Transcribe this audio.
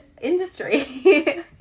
industry